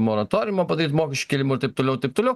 moratoriumą padaryt mokesčių kėlimo ir taip toliau taip toliau